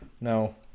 No